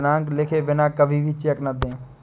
दिनांक लिखे बिना कभी भी चेक न दें